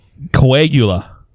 coagula